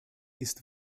ist